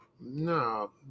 No